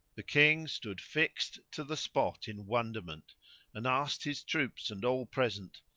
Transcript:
the king stood fixed to the spot in wonderment and asked his troops and all present,